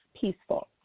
peaceful